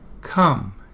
come